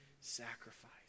sacrifice